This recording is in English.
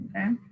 okay